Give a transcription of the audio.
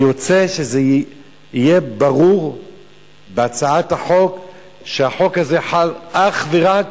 אני רוצה שזה יהיה ברור בהצעת החוק שהחוק הזה חל אך ורק